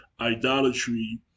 Idolatry